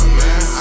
man